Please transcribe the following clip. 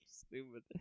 stupid